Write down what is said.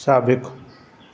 साबिक़ु